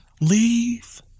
Leave